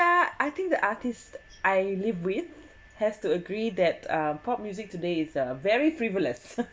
I think the artist I live with has to agree that uh pop music today's very frivolous